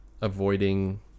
avoiding